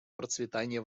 процветания